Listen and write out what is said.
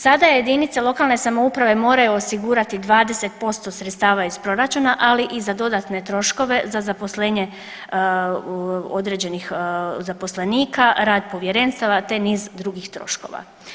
Sada jedinice lokalne samouprave moraju osigurati 20% sredstava iz proračuna, ali i za dodatne troškove za zaposlenje određenih zaposlenika, rad povjerenstava te niz drugih troškova.